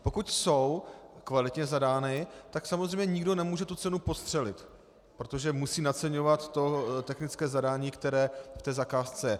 Pokud jsou kvalitně zadány, tak samozřejmě nikdo nemůže tu cenu podstřelit, protože musí naceňovat to technické zadání, které je v té zakázce.